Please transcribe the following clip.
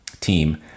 team